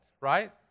right